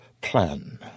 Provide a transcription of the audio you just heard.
plan